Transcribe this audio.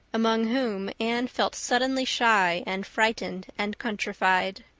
among whom anne felt suddenly shy and frightened and countrified.